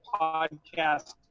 podcast